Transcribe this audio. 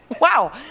Wow